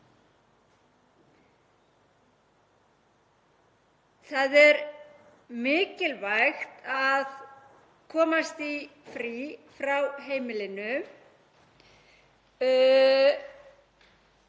Það er mikilvægt að komast í frí frá heimili